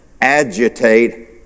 agitate